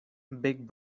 big